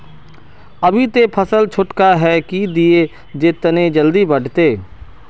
अभी ते फसल छोटका है की दिये जे तने जल्दी बढ़ते?